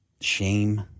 shame